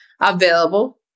available